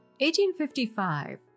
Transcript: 1855